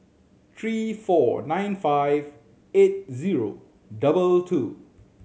three four nine five eight zero double two